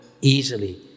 easily